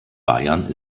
bayern